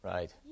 Right